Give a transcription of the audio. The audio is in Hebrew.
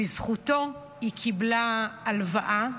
בזכותו היא קיבלה הלוואה.